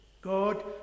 God